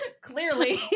clearly